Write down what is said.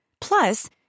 Plus